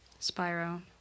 Spyro